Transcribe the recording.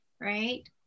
right